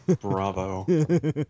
Bravo